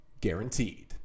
guaranteed